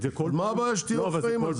אז מה הבעיה שתהיו אחראים?